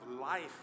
life